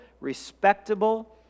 respectable